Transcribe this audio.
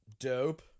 dope